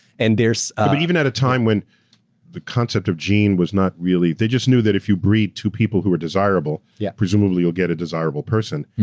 and there's a but even at a time when the concept of gene was not really, they just knew if you breed two people who are desirable, yeah presumably you'll get a desirable person,